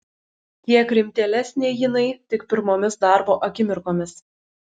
kiek rimtėlesnė jinai tik pirmomis darbo akimirkomis